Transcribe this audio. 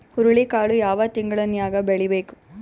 ಹುರುಳಿಕಾಳು ಯಾವ ತಿಂಗಳು ನ್ಯಾಗ್ ಬೆಳಿಬೇಕು?